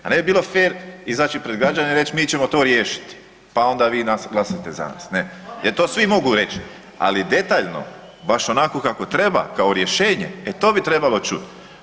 A ne bi bilo fer izaći pred građane i reć mi ćemo to riješiti, pa onda vi glasajte za nas, ne jer to svi mogu reć, ali detaljno baš onako kako treba kao rješenje, e to bi trebalo čut.